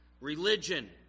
religion